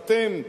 אתם,